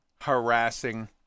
harassing